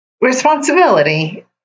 responsibility